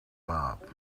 bob